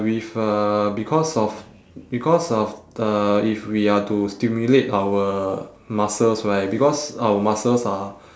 with uh because of because of uh if we are to stimulate our muscles right because our muscles are